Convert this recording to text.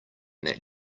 that